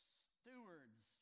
stewards